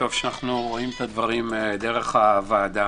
טוב שאנחנו רואים את הדברים דרך הוועדה.